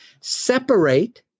separate